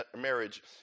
marriage